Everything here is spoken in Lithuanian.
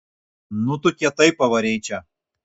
nu tu kietai pavarei čia